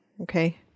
Okay